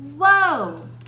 Whoa